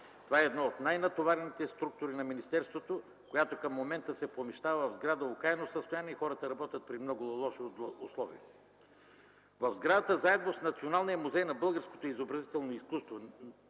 Това е една от най-натоварените структури на министерство, която към момента се помещава в сграда в окаяно състояние. Хората работят при много лоши условия. В сградата заедно с Националния музей на българското изобразително изкуство,